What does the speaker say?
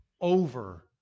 over